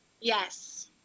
Yes